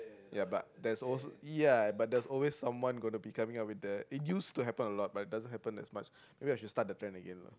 ya but there is also ya but there's always someone gonna be coming up with the it used to happen a lot but it doesn't happen as much maybe I should start the friend again lah